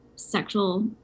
Sexual